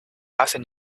hacen